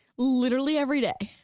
literally every day.